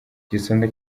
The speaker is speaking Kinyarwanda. igisonga